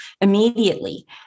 immediately